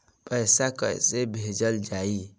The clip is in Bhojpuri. पैसा कैसे भेजल जाइ?